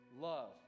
love